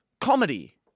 comedy